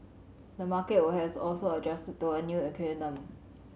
the market will has also adjusted to a new equilibrium